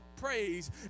praise